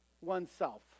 oneself